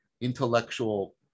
intellectual